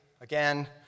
again